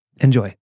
Enjoy